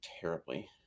terribly